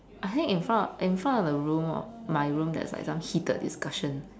I think in front in front of the room or my room there is like some heated discussion